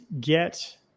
get